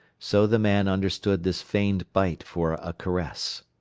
so the man understood this feigned bite for a caress.